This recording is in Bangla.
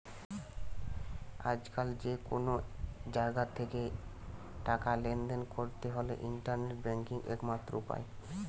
আজকাল যে কুনো জাগা থিকে টাকা লেনদেন কোরতে হলে ইন্টারনেট ব্যাংকিং একমাত্র উপায়